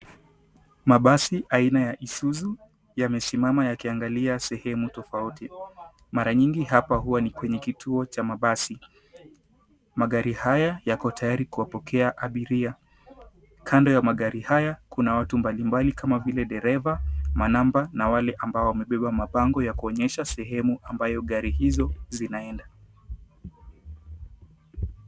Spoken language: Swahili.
Mabasi aina ya Isuzu yamesimama yakiangalia sehemu tofauti. Mara nyingi hapa huwa ni kwenye kituo cha mabasi. Magari haya yako tayari kuwapokea abiria. Kando ya magari haya kuna watu mbalimbali kama vile dereva, manamba na wale ambao wamebeba mabango ya kuonyesha sehemu ambayo gari hizo zinaenda.